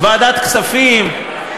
ועדת כספים?